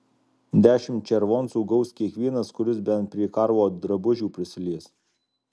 dešimt červoncų gaus kiekvienas kuris bent prie karlo drabužių prisilies